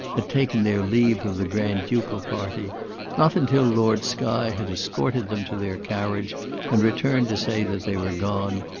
had taken their leave of the grand-ducal party not until lord skye had escorted them to their carriage and returned to say that they were gone,